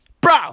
Bro